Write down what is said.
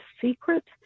secret